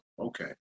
Okay